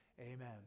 Amen